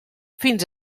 fins